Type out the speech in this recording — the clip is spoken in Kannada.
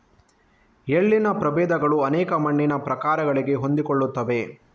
ಎಳ್ಳಿನ ಪ್ರಭೇದಗಳು ಅನೇಕ ಮಣ್ಣಿನ ಪ್ರಕಾರಗಳಿಗೆ ಹೊಂದಿಕೊಳ್ಳುತ್ತವೆ